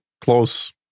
close